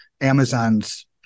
Amazon's